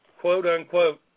quote-unquote